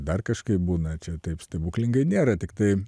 dar kažkaip būna čia taip stebuklingai nėra tiktai